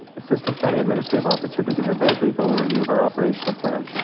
assistant county administrative officer to give a very brief overview of our operational plan.